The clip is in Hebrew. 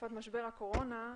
בתקופת משבר הקורונה,